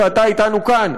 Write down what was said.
שאתה אתנו כאן,